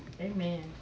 Amen